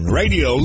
radio